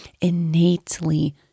innately